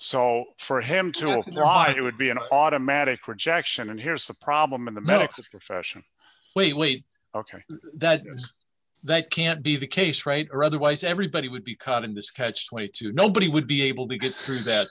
so for him to apply it would be an automatic rejection and here's the problem in the medical profession wait wait ok that that can't be the case right or otherwise everybody would be caught in this catch twenty two nobody would be able to get through that